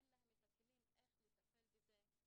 אין להם את הכלים איך לטפל בזה.